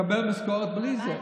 מקבל משכורת בלי זה.